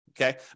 Okay